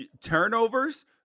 Turnovers